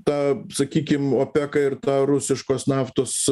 tą sakykim opeką ir tą rusiškos naftos